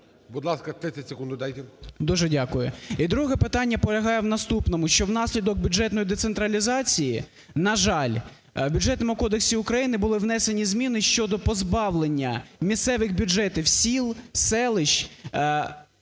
Будь ласка, 30 секунд додайте. ДОЛЖЕНКОВ О.В. Дуже дякую. І друге питання полягає в наступному, що внаслідок бюджетної децентралізації, на жаль, в Бюджетному кодексі України були внесені зміни щодо позбавлення місцевих бюджетів сіл, селищ,